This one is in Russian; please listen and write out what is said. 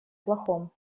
плохом